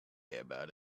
about